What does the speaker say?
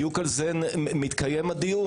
בדיוק על זה מתקיים הדיון,